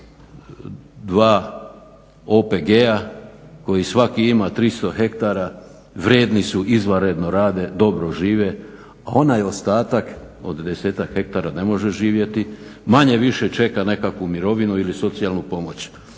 2 OPG-a koji svaki ima 300 hektara, vrijedni su, izvanredno rade, dobro žive, a onaj ostatak od 10 hektara ne može živjeti, manje-više čeka nekakvu mirovinu ili socijalnu pomoć.